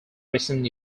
recent